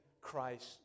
Christ